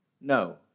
No